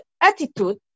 attitude